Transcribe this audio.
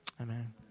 amen